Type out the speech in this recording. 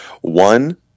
One